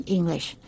English